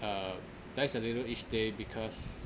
um dies a little each day because